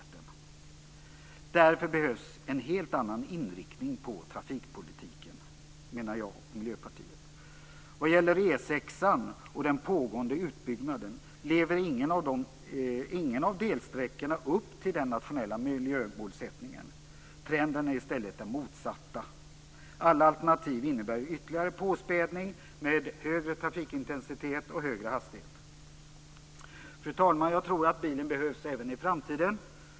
Därför menar Miljöpartiet att det behövs en helt annan inriktning på trafikpolitiken. Vad gäller den pågående utbyggnaden av E 6 lever ingen av delsträckorna upp till den nationella miljömålsättningen. Trenden är i stället den motsatta. Alla alternativ innebär ytterligare påspädning med högre trafikintensitet och högre hastighet. Fru talman! Jag tror att bilen behövs även i framtiden.